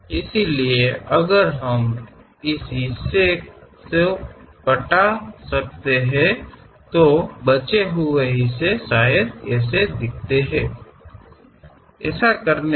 ಆದ್ದರಿಂದ ನಾವು ಈ ಭಾಗವನ್ನು ತೆಗೆದುಹಾಕಲು ಸಾಧ್ಯವಾದರೆ ಉಳಿದ ಭಾಗವು ಬಹುಶಃ ಹಾಗೆ ಕಾಣುತ್ತದೆ